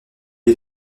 des